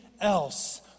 else